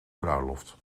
bruiloft